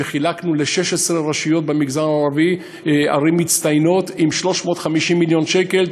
שחילקנו ל-16 רשויות במגזר הערבי ערים מצטיינות עם 350 מיליון שקל?